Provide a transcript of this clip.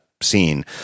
scene